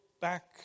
back